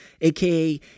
aka